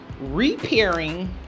repairing